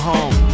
Home